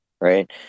right